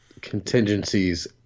Contingencies